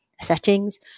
settings